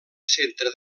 centre